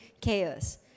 chaos